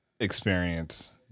experience